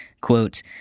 Quote